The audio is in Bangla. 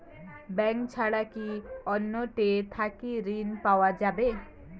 ব্যাংক ছাড়া কি অন্য টে থাকি ঋণ পাওয়া যাবে?